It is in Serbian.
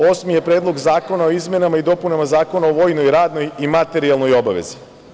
Osmi je Predlog zakona o izmenama i dopunama Zakona o vojnoj radnoj i materijalnoj obavezi.